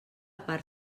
part